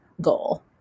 goal